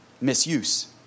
Misuse